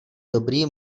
dobrý